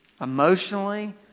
emotionally